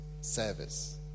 service